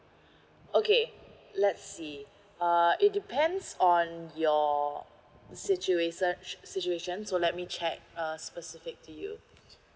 okay let's see uh it depends on your situation situation so let me check uh specific to you